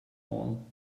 paul